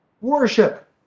Worship